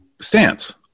stance